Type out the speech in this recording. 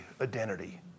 identity